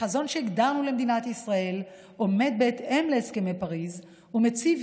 החזון שהגדרנו למדינת ישראל עומד בהתאם להסכמי פריז ומציב